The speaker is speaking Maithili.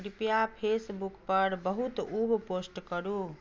कृपया फेसबुकपर बहुत उब पोस्ट करू